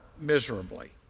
miserably